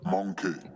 Monkey